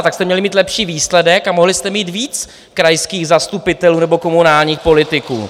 Tak jste měli mít lepší výsledek a mohli jste mít víc krajských zastupitelů nebo komunálních politiků!